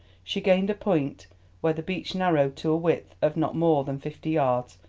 she gained a point where the beach narrowed to a width of not more than fifty yards,